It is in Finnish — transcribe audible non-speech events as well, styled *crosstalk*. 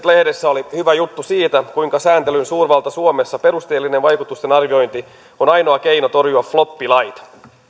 *unintelligible* lehdessä oli hyvä juttu siitä kuinka sääntelyn suurvallassa suomessa perusteellinen vaikutusten arviointi on ainoa keino torjua floppilait